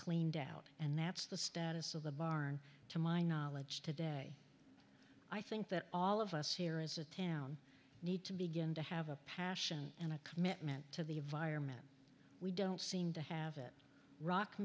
cleaned out and that's the status of the barn to my knowledge today i think that all of us here is a town need to begin to have a passion and a commitment to the environment we don't seem to have it rock